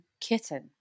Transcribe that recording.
Kitten